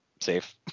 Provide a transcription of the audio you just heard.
safe